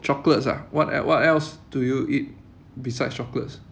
chocolates ah what el~ what else do you eat besides chocolates